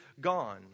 gone